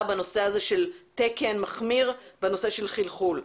בנושא הזה של תקן מחמיר בנושא של חלחול?